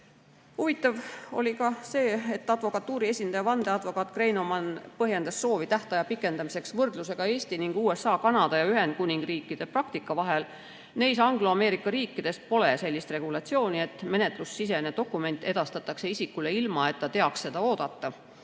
Huvitav oli ka see, et advokatuuri esindaja vandeadvokaat Greinoman põhjendas soovi tähtaega pikendada võrdlusega Eesti ning USA, Kanada ja Ühendkuningriikide praktika vahel. Neis angloameerika riikides pole sellist regulatsiooni, et menetlussisene dokument edastatakse isikule, ilma et ta teaks seda oodata.